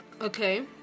Okay